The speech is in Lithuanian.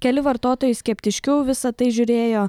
keli vartotojai skeptiškiau į visa tai žiūrėjo